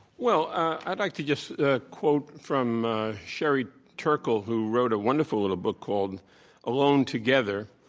well, i'd like to just ah quote from sherry turkle who wrote a wonderful little book called alone together.